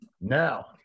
Now